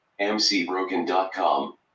mcbroken.com